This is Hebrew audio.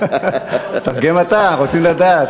תרגם אתה, רוצים לדעת,